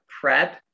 prep